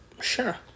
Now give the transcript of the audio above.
sure